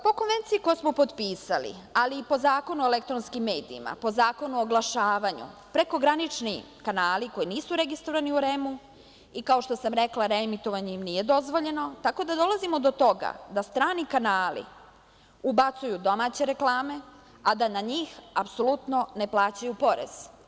Po Konvenciji koju smo potpisali, ali i po Zakonu o elektronskim medijima, po Zakonu o oglašavanju, prekogranični kanali koji nisu registrovani u REM-u, i kao što sam rekla, reemitovanje im nije dozvoljeno, tako da dolazimo do toga da strani kanali ubacuju domaće reklame, a da na njih apsolutno ne plaćaju porez.